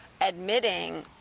admitting